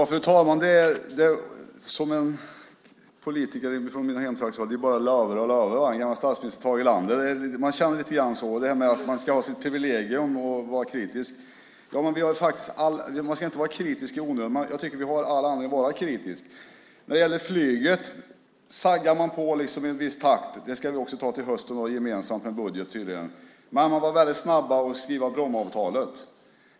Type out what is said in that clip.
Fru talman! Som en politiker från mina hemtrakter sade: "De bara lôver och lôver." Det var statsminister Tage Erlander. Man känner lite grann så. Man ska ha sitt privilegium att vara kritisk. Vi ska inte vara kritiska i onödan, men jag tycker att vi har all anledning att vara kritiska. När det gäller flyget saggar man på i en viss takt. Det här ska tydligen tas upp till hösten gemensamt med budgeten, men man var snabb med att skriva Brommaavtalet.